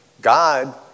God